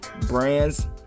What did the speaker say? brands